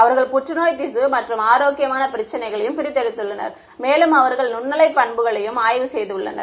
அவர்கள் புற்றுநோய் திசு மற்றும் ஆரோக்கியமான பிரச்சனைகளையும் பிரித்தெடுத்துள்ளனர் மேலும் அவர்கள் நுண்ணலை பண்புகளையும் ஆய்வு செய்துள்ளனர்